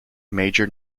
major